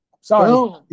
Sorry